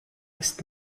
ist